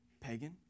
pagan